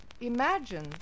imagine